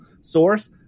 source